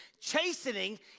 Chastening